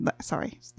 Sorry